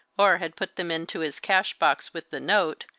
or had put them into his cash-box with the note,